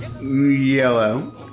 Yellow